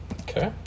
Okay